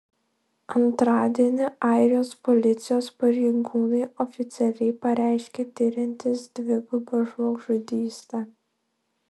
antradienį airijos policijos pareigūnai oficialiai pareiškė tiriantys dvigubą žmogžudystę